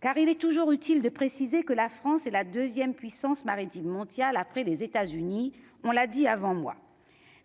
car il est toujours utile de préciser que la France est la 2ème puissance maritime mondial après les États-Unis, on l'a dit avant moi,